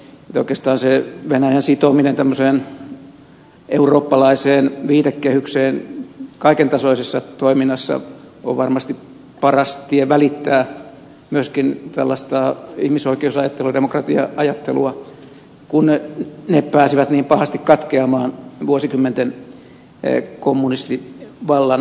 oikeastaan se venäjän sitominen tämmöiseen eurooppalaiseen viitekehykseen kaikentasoisessa toiminnassa on varmasti paras tie välittää myöskin tällaista ihmisoikeusajattelua ja demokratia ajattelua kun ne pääsivät niin pahasti katkeamaan vuosikymmenten kommunistivallan aikana